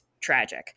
tragic